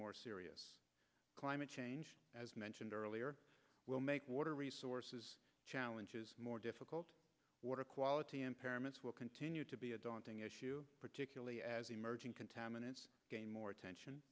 more serious climate change as mentioned earlier will make water resources challenges more difficult water quality impairments will continue to be a daunting issue particularly as emerging contaminants gain more attention